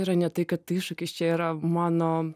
yra ne tai kad tai iššūkis čia yra mano